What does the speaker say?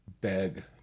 beg